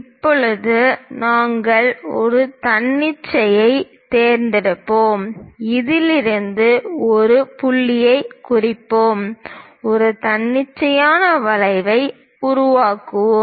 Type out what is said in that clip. இப்போது நாங்கள் ஒரு தன்னிச்சையைத் தேர்ந்தெடுப்போம் இதிலிருந்து ஒரு புள்ளியைக் குறிப்போம் ஒரு தன்னிச்சையான வளைவை உருவாக்குவோம்